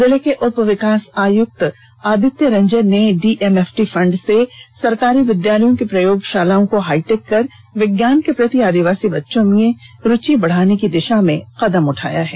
जिले के उप विकास आयुक्त आदित्य रंजन ने डीएमएफटी फंड से सरकारी विद्यालयों की प्रयोगशालाओं को हाईटेक कर विज्ञान के प्रति आदिवासी बच्चों की रुचि बढ़ाने की दिषा में कदम उठाया है